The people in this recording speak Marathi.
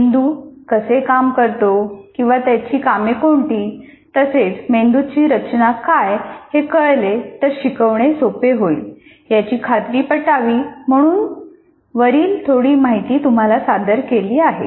मेंदू कसे काम करतो किंवा त्याची कामे कोणती तसेच मेंदूची रचना काय हे कळले तर शिकवणे सोपे होईल याची खात्री पटावी म्हणून वरील थोडी माहिती तुम्हाला सादर केली आहे